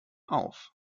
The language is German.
auf